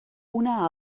una